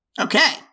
Okay